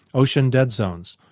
ocean dead zones,